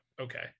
Okay